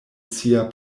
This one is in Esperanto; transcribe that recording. sia